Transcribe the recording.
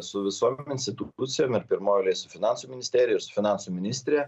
su visom institucijom ir pirmoj eilėj su finansų ministerija ir su finansų ministre